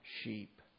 sheep